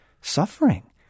suffering